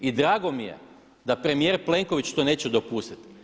I drago mi je da premijer Plenković to neće dopustiti.